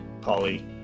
Polly